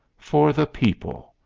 for the people,